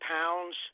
pounds